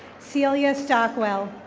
sylia stockwell.